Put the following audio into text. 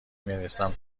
میرسم